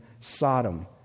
Sodom